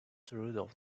throughout